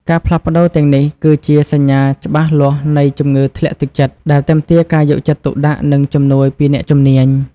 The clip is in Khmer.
ការផ្លាស់ប្ដូរទាំងនេះគឺជា សញ្ញាច្បាស់លាស់នៃជំងឺធ្លាក់ទឹកចិត្ត ដែលទាមទារការយកចិត្តទុកដាក់ និងជំនួយពីអ្នកជំនាញ។